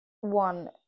One